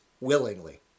willingly